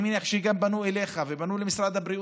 אני מניח שפנו גם אליך ופנו למשרד הבריאות.